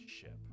ship